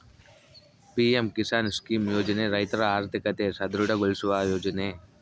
PM Kisan scheme ಯೋಜನೆ ರೈತರ ಆರ್ಥಿಕತೆ ಸದೃಢ ಗೊಳಿಸುವ ಯೋಜನೆ